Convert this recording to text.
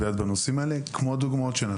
חלק מהתוכניות עולות בקנה אחד עם הדוגמאות שנתת.